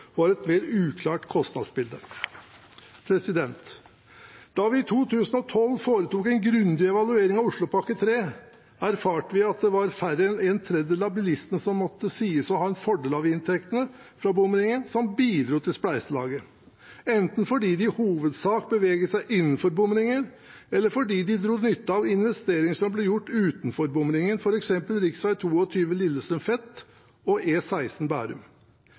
grundig evaluering av Oslopakke 3, erfarte vi at det var færre enn en tredjedel av bilistene som kunne sies å ha en fordel av inntektene fra bomringen, som bidro til spleiselaget – enten fordi de i hovedsak beveget seg innenfor bomringen, eller fordi de dro nytte av investeringer som ble gjort utenfor bomringen, f.eks. rv. 22 Lillestrøm–Fetsund og E16 i Bærum.